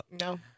No